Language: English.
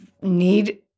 need